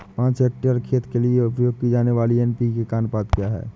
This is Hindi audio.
पाँच हेक्टेयर खेत के लिए उपयोग की जाने वाली एन.पी.के का अनुपात क्या होता है?